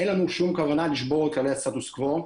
אין לנו שום כוונה לשבור את כללי הסטטוס קוו,